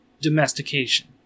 Domestication